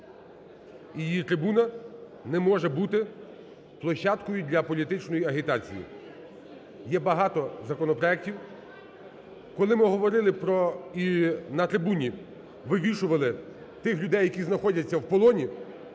і її трибуна не може бути площадкою для політичної агітації. Є багато законопроектів, коли ми говорили про і на трибуні і вивішували тих людей, які знаходяться у полоні,